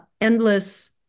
endless